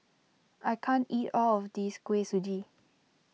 I can't eat all of this Kuih Suji